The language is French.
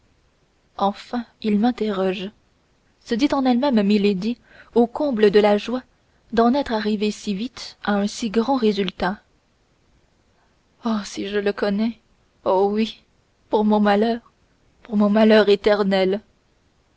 enfin il m'interroge se dit en elle-même milady au comble de la joie d'en être arrivée si vite à un si grand résultat oh si je le connais oh oui pour mon malheur pour mon malheur éternel